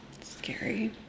Scary